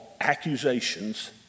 accusations